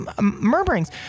murmurings